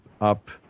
up